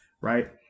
right